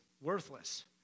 worthless